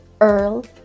Earl